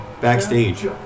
backstage